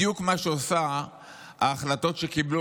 זה בדיוק מה שעושות ההחלטות שקיבלו